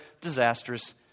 Disastrous